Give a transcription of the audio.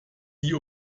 sie